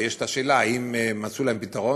ויש שאלה אם מצאו להם פתרון.